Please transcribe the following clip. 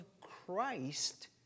Christ